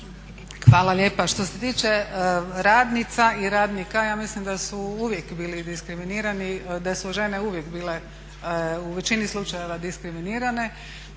Hvala lijepa. Što se tiče radnica i radnika ja mislim da su uvijek bili diskriminirani, da su žene uvijek bile u većini slučajeva diskriminirane